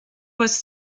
was